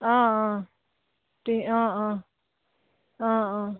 অঁ অঁ অঁ অঁ অঁ অঁ